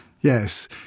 Yes